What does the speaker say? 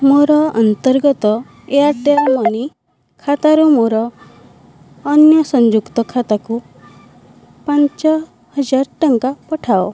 ମୋର ଅନ୍ତର୍ଗତ Airtel money ଖାତାରୁ ମୋର ଅନ୍ୟ ସଂଯୁକ୍ତ ଖାତାକୁ ପାଞ୍ଚହଜାର ଟଙ୍କା ପଠାଅ